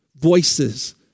voices